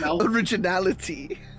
originality